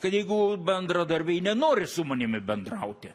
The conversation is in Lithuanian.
kad jeigu bendradarbiai nenori su manimi bendrauti